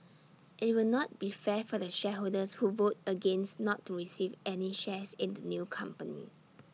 IT will not be fair for the shareholders who vote against not to receive any shares in the new company